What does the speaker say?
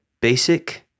basic